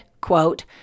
quote